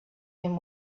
him